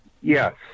Yes